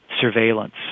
surveillance